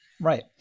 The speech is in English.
right